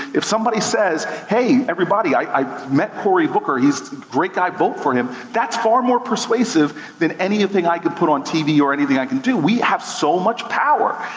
if somebody says, hey, everybody, i i met cory booker, he's a great guy, vote for him. that's far more persuasive than anything i could put on tv or anything i can do. we have so much power.